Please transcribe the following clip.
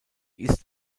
ist